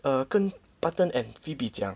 哦跟 Button and Phoebe 讲